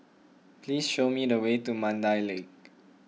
please show me the way to Mandai Lake